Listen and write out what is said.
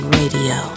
radio